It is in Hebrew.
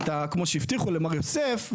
כמו שהבטיחו למר יוסף.